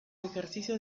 ejercicios